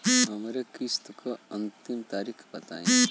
हमरे किस्त क अंतिम तारीख बताईं?